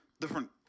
different